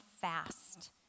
fast